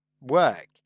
work